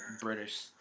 British